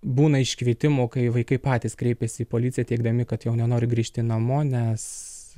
būna iškvietimų kai vaikai patys kreipiasi į policiją teigdami kad jau nenori grįžti namo nes